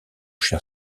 cher